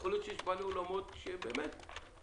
יכול להיות שיש בעלי אולמות שבאמת החזירו,